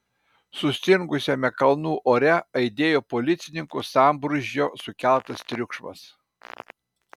sustingusiame kalnų ore aidėjo policininkų sambrūzdžio sukeltas triukšmas